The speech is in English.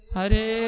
Hare